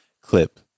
clip